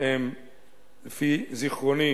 לפי זיכרוני